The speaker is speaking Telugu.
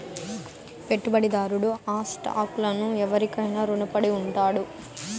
పెట్టుబడిదారుడు ఆ స్టాక్ లను ఎవురికైనా రునపడి ఉండాడు